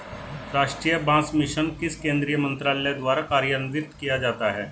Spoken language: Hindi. राष्ट्रीय बांस मिशन किस केंद्रीय मंत्रालय द्वारा कार्यान्वित किया जाता है?